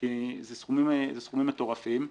זה סכומים מטורפים.